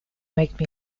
make